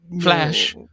Flash